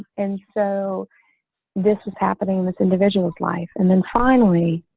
and so this is happening this individual's life. and then finally,